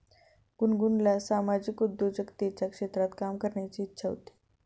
गुनगुनला सामाजिक उद्योजकतेच्या क्षेत्रात काम करण्याची इच्छा होती